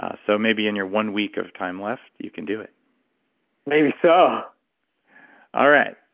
ah so maybe in your one week of time left, you can do it maybe so all right.